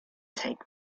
take